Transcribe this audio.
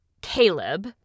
Caleb